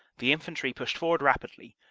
the infantry pushed forward rapidly,